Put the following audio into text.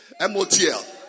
MOTL